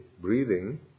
breathing